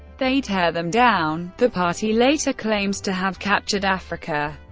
they tear them down the party later claims to have captured africa.